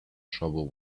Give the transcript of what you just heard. trouble